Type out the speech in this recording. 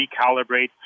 recalibrate